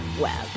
Web